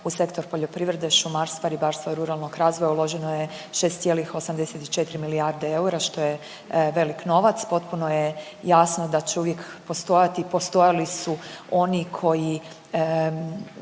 u Sektor poljoprivrede, šumarstva, ribarstva i ruralnog razvoja uloženo je 6,84 milijarde eura, što je velik novac. Potpuno je jasno da će uvijek postojat i postojali su oni koji